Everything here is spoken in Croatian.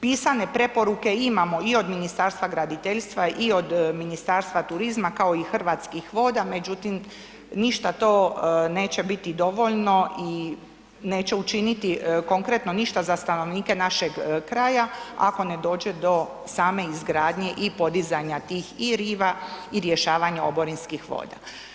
Pisane preporuke imamo i od Ministarstva graditeljstva i od Ministarstva turizma kao i Hrvatskih voda, međutim, ništa to neće biti dovoljno i neće učiniti konkretno ništa za stanovnike našeg kraja, ako ne dođe do same izgradnje i podizanja tih i riva i rješavanja oborinskih voda.